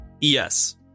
Yes